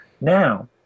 now